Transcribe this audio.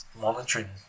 monitoring